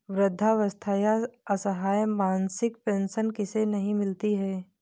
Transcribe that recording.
वृद्धावस्था या असहाय मासिक पेंशन किसे नहीं मिलती है?